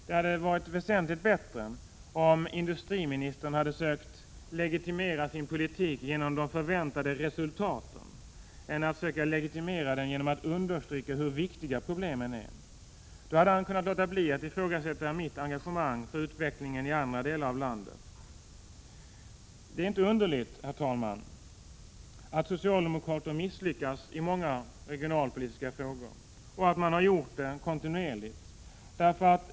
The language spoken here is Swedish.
Det hade varit väsentligt bättre om industriministern hade sökt legitimera sin politik genom de förväntade resultaten än genom att understryka hur viktiga problemen är. Då hade man kunnat låta bli att ifrågasätta mitt engagemang för utvecklingen i andra delar av landet. Det är inte underligt, herr talman, att socialdemokraterna kontinuerligt misslyckats i många av de regionalpolitiska frågorna.